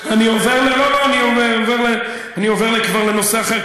אני עובר כבר לנושא אחר,